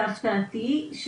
להפתעתי,